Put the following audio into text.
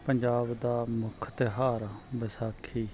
ਪੰਜਾਬ ਦਾ ਮੁੱਖ ਤਿਉਹਾਰ ਵਿਸਾਖੀ